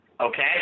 Okay